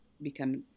become